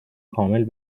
کامل